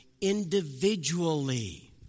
individually